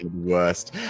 worst